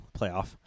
playoff